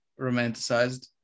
romanticized